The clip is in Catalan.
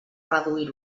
reduir